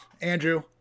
Andrew